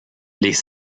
les